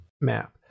map